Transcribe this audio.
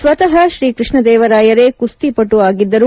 ಸ್ಪತಃ ಶ್ರೀಕೃಷ್ಷದೇವರಾಯರೇ ಕುಸ್ತಿಪಟು ಆಗಿದ್ದರು